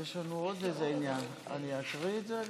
אני מוסיף את